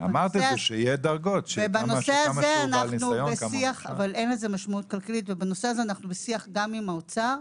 בנושא הזה אנחנו בשיח גם עם האוצר.